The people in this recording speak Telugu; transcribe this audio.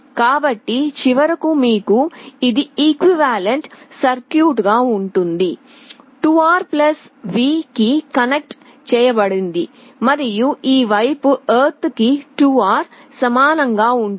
కాబట్టి చివరకు మీకు ఇది ఈక్వివలెంట్ సర్క్యూట్ గా ఉంటుంది 2R V కి కనెక్ట్ చేయబడింది మరియు ఈ వైపు ఎర్త్ కి 2R సమానంగా ఉంటుంది